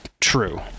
true